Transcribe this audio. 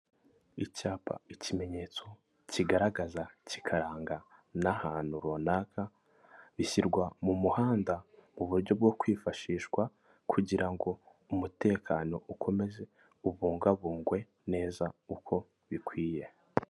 Icyapa ikimenyetso kigaragaza kikaranga n'ahantu runaka bishyirwa mu muhanda mu uburyo bwo kwifashishwa kugira ngo umutekano ukomeze ubungabungwe neza uko bikwiye.